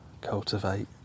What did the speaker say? cultivate